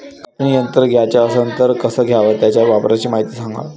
कापनी यंत्र घ्याचं असन त कस घ्याव? त्याच्या वापराची मायती सांगा